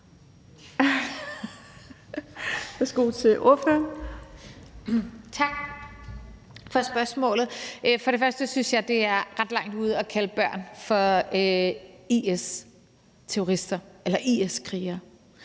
Tak for spørgsmålet. For det første synes jeg, det er meget langt ude at kalde børn for IS-terrorister eller IS-krigere.